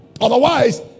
Otherwise